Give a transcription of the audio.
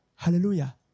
Hallelujah